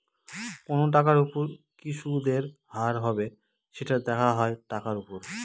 কোনো টাকার উপর কি সুদের হার হবে, সেটা দেখা হয় টাকার উপর